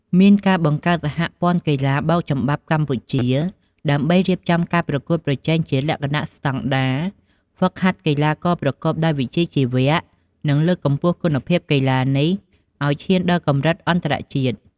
មានការបង្កើតសហព័ន្ធកីឡាបោកចំបាប់កម្ពុជា ដើម្បីរៀបចំការប្រកួតប្រជែងជាលក្ខណៈស្តង់ដារ ហ្វឹកហាត់កីឡាករប្រកបដោយវិជ្ជាជីវៈ និងលើកកម្ពស់គុណភាពកីឡានេះឲ្យឈានដល់កម្រិតអន្តរជាតិ។